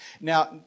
now